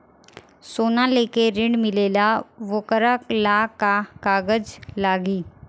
सोना लेके ऋण मिलेला वोकरा ला का कागज लागी?